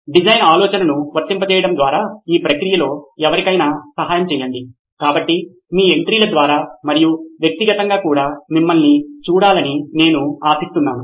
design ఆలోచనను వర్తింపజేయడం ద్వారా ఈ ప్రక్రియలో ఎవరికైనా సహాయం చేయండి కాబట్టి మీ ఎంట్రీల ద్వారా మరియు వ్యక్తిగతంగా కూడా మిమ్మల్ని చూడాలని నేను ఆశిస్తున్నాను